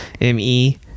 M-E